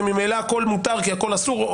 וממילא הכול מותר כי הכול אסור,